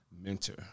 mentor